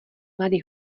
mladý